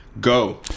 go